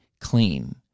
clean